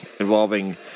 involving